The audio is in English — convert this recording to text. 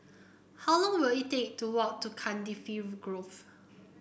how long will it take to walk to Cardifi Grove